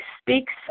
speaks